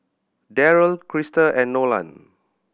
Darryl Krista and Nolan